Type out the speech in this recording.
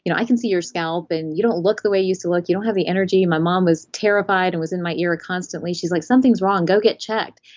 you know i can see your scalp and you don't look the way you used to look. you don't have the energy. my mom was terrified and was in my ear constantly, she's like, something's wrong, go get checked.